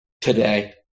today